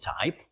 type